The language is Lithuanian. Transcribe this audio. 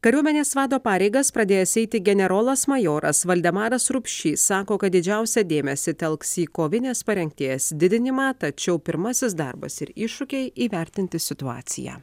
kariuomenės vado pareigas pradėjęs eiti generolas majoras valdemaras rupšys sako kad didžiausią dėmesį telks į kovinės parengties didinimą tačiau pirmasis darbas ir iššūkiai įvertinti situaciją